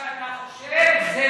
מה שאתה חושב זה